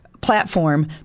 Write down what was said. platform